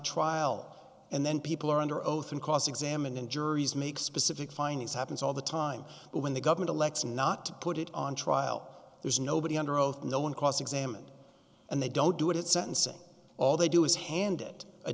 trial and then people are under oath and cross examined and juries make specific findings happens all the time but when the government elects not to put it on trial there's nobody under oath no one cross examined and they don't do it at sentencing all they do is handed